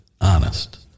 honest